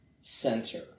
center